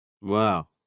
Wow